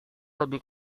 lebih